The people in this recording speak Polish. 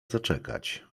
zaczekać